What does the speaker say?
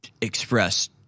express